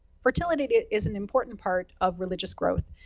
fertility is an important part of religious growth.